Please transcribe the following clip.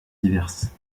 diverses